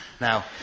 Now